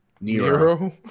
Nero